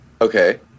Okay